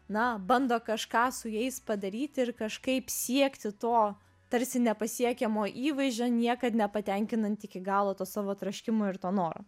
na bando kažką su jais padaryti ir kažkaip siekti to tarsi nepasiekiamo įvaizdžio niekad nepatenkinant iki galo to savo troškimo ir to noro